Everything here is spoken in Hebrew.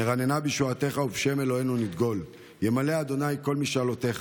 נרננה בישועתך ובשם אלהינו נדגל ימלא ה' כל משאלותיך.